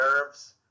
nerves